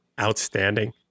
Outstanding